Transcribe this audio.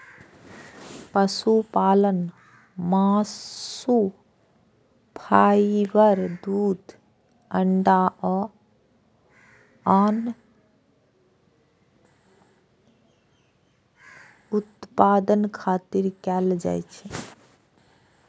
पशुपालन मासु, फाइबर, दूध, अंडा आ आन उत्पादक खातिर कैल जाइ छै